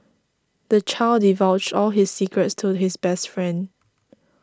the child divulged all his secrets to his best friend